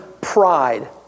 pride